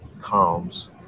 calms